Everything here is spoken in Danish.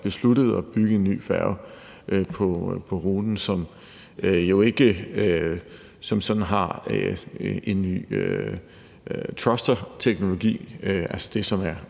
besluttet at bygge en ny færge på ruten, som jo ikke som sådan har den nye thrust-teknologi,